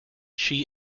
she